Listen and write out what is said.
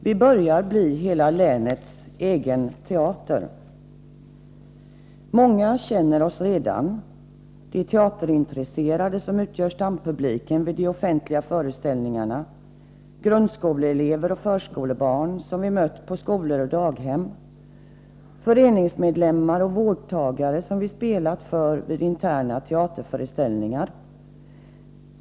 Vi börjar bli hela länets egen teater. Många känner oss redan: de teaterintresserade, som utgör stampubliken vid de offentliga föreställningarna, grundskoleelever och förskolebarn som vi mött på skolor och daghem, föreningsmedlemmar och vårdtagare som vi spelat för vid interna teaterföreställningar.